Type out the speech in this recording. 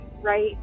right